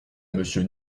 monsieur